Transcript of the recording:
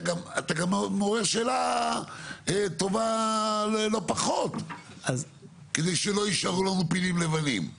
אתה גם מעורר שאלה טובה לא פחות כדי שלא יישארו לנו פילים לבנים.